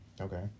Okay